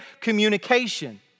communication